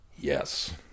yes